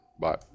Bye